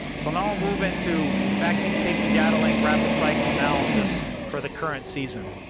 so now i'll move into vaccine safety data link, rapid cycle analysis for the current season.